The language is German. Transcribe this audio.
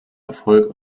erfolg